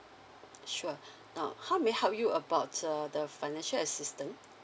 sure now how may I help you about uh the financial assistance